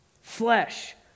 Flesh